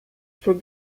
for